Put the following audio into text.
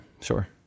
sure